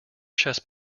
chest